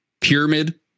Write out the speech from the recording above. Pyramid